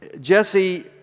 Jesse